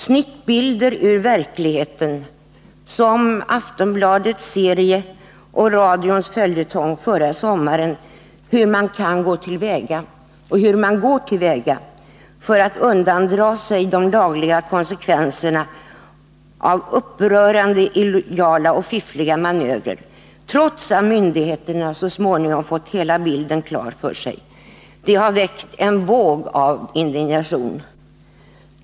Snittbilder ur verkligheten, som Aftonbladets serie och radions följetong förra sommaren om hur man kan gå till väga — och hur man går till väga — för att undandra sig de lagliga konsekvenserna av upprörande illojala och fiffliga manövrer, trots att myndigheterna så småningom fått hela bilden klar för sig, har väckt en våg av indignation.